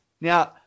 now